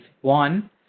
one